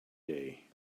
day